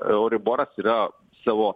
euriboras yra savo